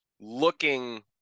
looking